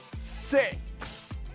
six